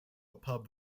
pub